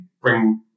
bring